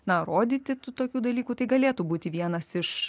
na rodyti tų tokių dalykų tai galėtų būti vienas iš